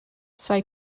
zij